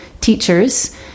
teachers